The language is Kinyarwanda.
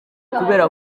kubera